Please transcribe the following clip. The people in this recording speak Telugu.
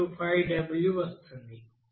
925 w వస్తుంది